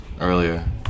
earlier